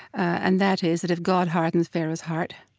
and that is that if god hardens pharaoh's heart,